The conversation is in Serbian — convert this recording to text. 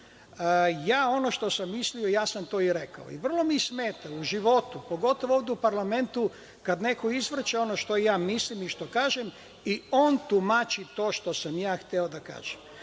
Ja ono što sam mislio, ja sam to i rekao, i vrlo mi smeta u životu, pogotovo ovde u parlamentu, kada neko izvrće ono što ja mislim i što kažem i on tumači to što sam ja hteo da